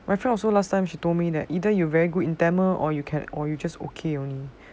my friend also last time she told me that either you are very good in tamil or you can or you just okay only